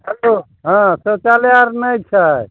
बाजू हँ शौचालय आर नहि छै